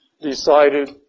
decided